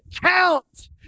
count